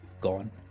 gone